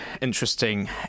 interesting